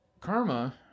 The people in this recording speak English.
Karma